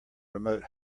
remote